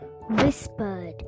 whispered